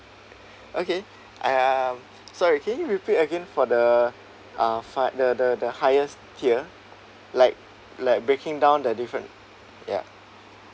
okay and um sorry can you repeat again for the uh find the the the highest tier like like breaking down the different ya